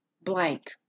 blank